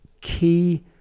key